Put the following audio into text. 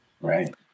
right